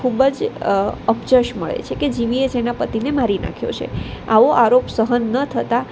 ખૂબ જ અપજશ મળે છે કે જીવીએ જ એના પતિને મારી નાખ્યો છે આવો આરોપ સહન ન થતાં